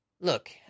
Look